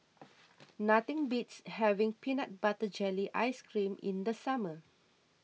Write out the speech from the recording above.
nothing beats having Peanut Butter Jelly Ice Cream in the summer